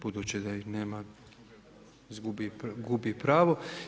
Budući da ih nema, gubi pravo.